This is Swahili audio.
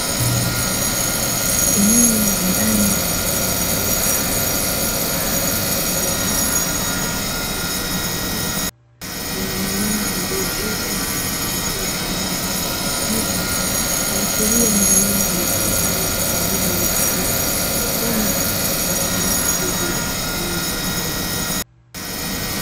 Eneo la ndani lenye mabomba yenye rangi nyeupe yaliyopangwa katika safu zilizonyooka, zenye mimea iliyoota na kuchipua kwa rangi ya kijani kibichi, kuashiria ni eneo litumikalo kwa ajili ya kilimo cha haidroponi ya sayansi bila kutumia udongo.